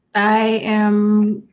i am.